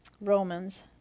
Romans